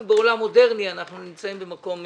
אנחנו בעולם מודרני, אנחנו נמצאים במקום אחר.